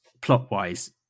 plot-wise